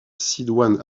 sidoine